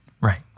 right